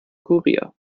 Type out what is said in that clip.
kurier